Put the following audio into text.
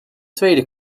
tweede